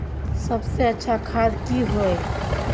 सबसे अच्छा खाद की होय?